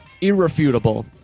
irrefutable